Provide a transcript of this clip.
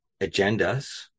agendas